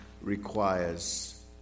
requires